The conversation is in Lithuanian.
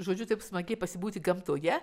žodžiu taip smagiai pasibūti gamtoje